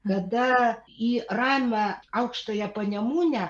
kada į ramią aukštąją panemunę